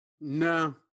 No